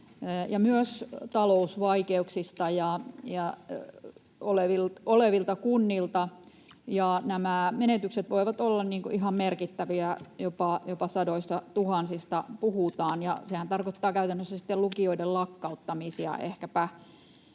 myös talousvaikeuksissa olevilta kunnilta. Nämä menetykset voivat olla ihan merkittäviä, jopa sadoistatuhansista puhutaan. Sehän tarkoittaa käytännössä ehkäpä sitten lukioiden lakkauttamisia. Senpä